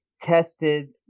tested